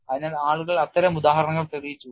അതിനാൽ ആളുകൾ അത്തരം ഉദാഹരണങ്ങൾ തെളിയിച്ചു